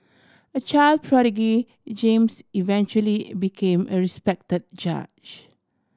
a child prodigy James eventually became a respect judge